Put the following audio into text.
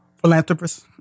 philanthropist